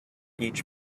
each